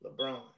LeBron